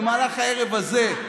במהלך הערב הזה,